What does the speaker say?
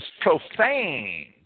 profaned